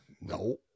No